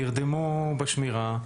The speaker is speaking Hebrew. נרדמו בשמירה.